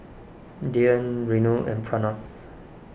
Dhyan Renu and Pranav